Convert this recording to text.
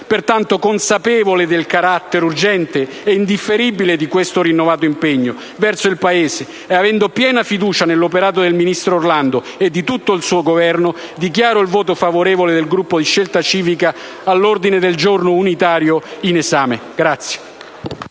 Pertanto, consapevole del carattere urgente e indifferibile di questo rinnovato impegno verso il Paese e avendo piena fiducia nell'operato del ministro Orlando e di tutto il Governo, dichiaro il voto favorevole del Gruppo di Scelta Civica all'ordine del giorno unitario. *(Applausi